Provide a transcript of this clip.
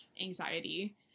anxiety